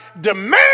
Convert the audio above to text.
demand